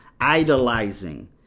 idolizing